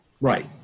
right